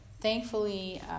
thankfully